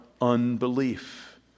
unbelief